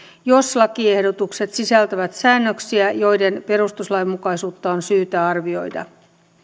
jos lakiehdotukset sisältävät säännöksiä joiden perustuslainmukaisuutta on syytä arvioida